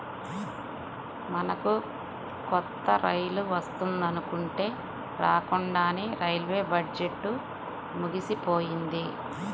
మనకు కొత్త రైలు వస్తుందనుకుంటే రాకండానే రైల్వే బడ్జెట్టు ముగిసిపోయింది